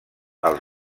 els